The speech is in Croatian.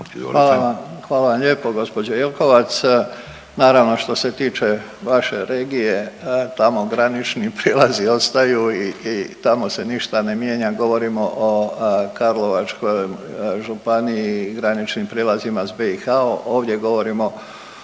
hvala vam lijepa gospođo Jelkovac. Naravno što se tiče vaše regije tamo granični prijelazi ostaju i tamo se ništa ne mijenja, govorimo o Karlovačkoj županiji i graničnim prijelazima s BiH. Ovdje govorimo i